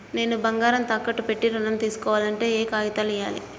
నేను బంగారం తాకట్టు పెట్టి ఋణం తీస్కోవాలంటే ఏయే కాగితాలు ఇయ్యాలి?